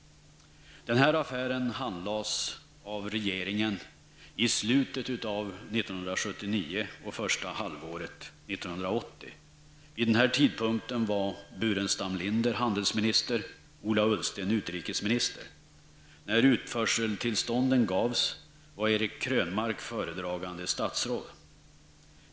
Den här affären handlades av regeringen i slutet av 1979 och under första halvåret 1980. Vid denna tidpunkt var Staffan Burenstam-Linder handelsministern och Ola Ullsten utrikesminister. När utförseltillstånden gavs, var Eric Krönmark föredragande statsråd.